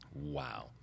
Wow